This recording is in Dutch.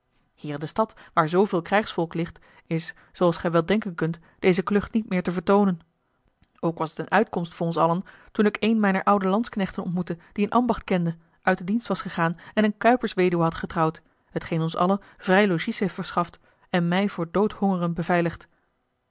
hier in de stad waar zooveel krijgsvolk ligt is zooals gij wel denken kunt deze klucht niet meer te vertoonen ook was het eene uitkomst voor ons allen toen ik een mijner oude lansknechten ontmoette die een ambacht kende uit den dienst was gegaan en eene kuipersweduwe had getrouwd hetgeen ons allen vrij logies heeft verschaft en mij voor doodhongeren beveiligt